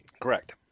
Correct